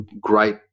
great